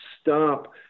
stop